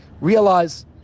realize